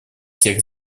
всех